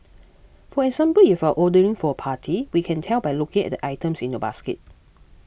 for example if you're ordering for a party we can tell by looking at the items in your basket